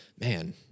man